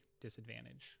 disadvantage